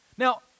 Now